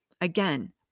Again